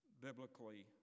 biblically